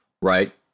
right